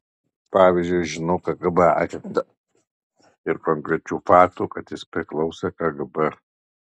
pavyzdžiui žinau kgb agentą ir konkrečių faktų kad jis priklausė kgb